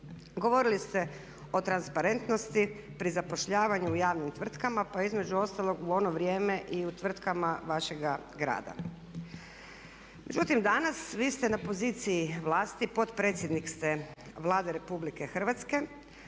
Govorili ste o transparentnosti pri zapošljavanju u javnim tvrtkama pa između ostalog u ono vrijeme i u tvrtkama vašega grada. Međutim, danas vi ste na poziciji vlasti, potpredsjednik ste Vlade RH ali dešava se